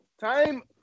Time